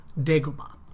Dagobah